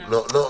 קארין, לא.